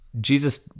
Jesus